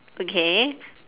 okay